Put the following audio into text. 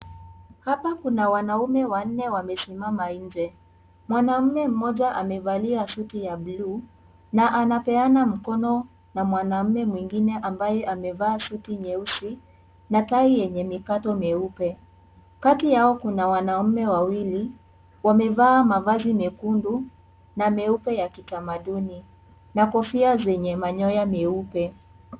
Hapa kuna wanaume wanne wamesimama nje. Mwanamme mmoja amevalia suti ya bluu na anapeana mkono na mwanamume mwingine ambaye amevaa suti nyeusi na tai yenye mikato meupe. Kati yao kuna wanaume wawili, wamevaa mavazi mekundu na meupe ya kitamaduni na kofia zenye manyoya meupe